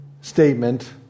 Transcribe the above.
statement